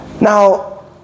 now